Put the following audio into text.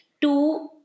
two